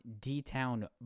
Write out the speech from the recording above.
D-Town